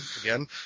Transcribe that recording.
again